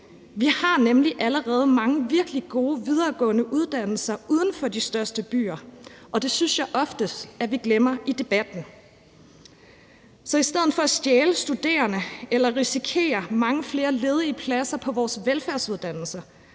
Vi har nemlig allerede mange virkelig gode videregående uddannelser uden for de største byer, og det synes jeg ofte vi glemmer i debatten. Så i stedet for at stjæle studerende eller risikere mange flere ledige pladser på vores velfærdsuddannelser